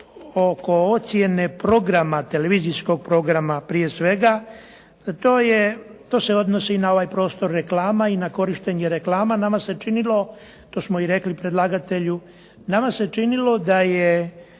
oko ocijene programa, televizijskog programa prije svega. To se odnosi na ovaj prostor reklama i na korištenje reklama, nama se činilo, to smo i rekli predlagatelju, nama se činilo da je